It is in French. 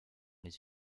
les